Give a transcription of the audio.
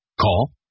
Call